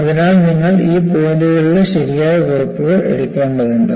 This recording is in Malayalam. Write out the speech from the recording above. അതിനാൽ നിങ്ങൾ ഈ പോയിന്റുകളുടെ ശരിയായ കുറിപ്പുകൾ എടുക്കേണ്ടതുണ്ട്